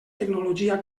tecnologia